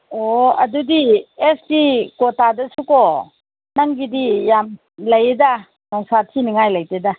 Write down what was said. ꯑꯣ ꯑꯗꯨꯗꯤ S C ꯀꯣꯇꯥꯗꯁꯨꯀꯣ ꯅꯪꯒꯤꯗꯤ ꯌꯥꯝ ꯂꯩꯗ ꯅꯨꯡꯁꯥ ꯊꯤꯅꯤꯡꯉꯥꯏ ꯂꯩꯇꯦꯗ